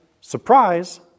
surprise